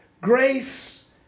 grace